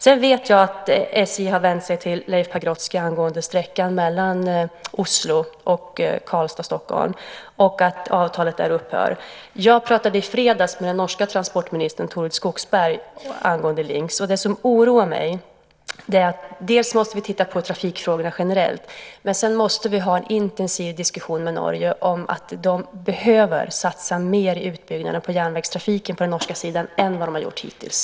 Jag vet att SJ har vänt sig till Leif Pagrotsky angående sträckan Oslo-Karlstad-Stockholm och att avtalet där upphör. Jag pratade i fredags med den norska transportministern Torild Skogsholm angående Linx. Det som oroar mig är att dels måste vi titta på trafikfrågorna generellt, dels måste vi ha en intensiv diskussion med Norge om att de behöver satsa mer på utbyggnad av järnvägstrafiken på den norska sidan än vad de har gjort hittills.